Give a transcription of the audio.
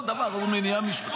כל דבר הוא מניעה משפטית.